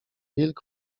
wilk